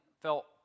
felt